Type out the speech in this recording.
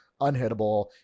unhittable